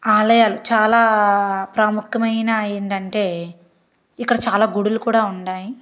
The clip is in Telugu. ఆలయాలు చాలా ప్రాముఖ్యమైన ఏంటంటే ఇక్కడ చాలా గుడులు కూడా ఉన్నాయి